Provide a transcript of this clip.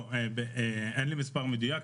אין לי מספר מדויק.